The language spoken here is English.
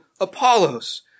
Apollos